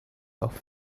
auf